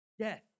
death